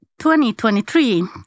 2023